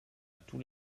tous